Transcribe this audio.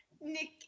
Nick